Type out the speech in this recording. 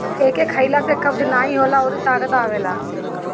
एके खइला से कब्ज नाइ होला अउरी ताकत आवेला